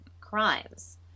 crimes